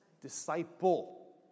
disciple